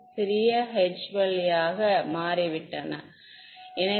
மாணவர் எனவே ஒரு இன்டெர்பேஸ் உள்ளது ஒரு இன்டெர்பேஸ் உள்ளது